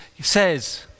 says